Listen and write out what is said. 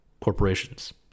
corporations